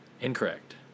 Incorrect